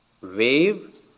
wave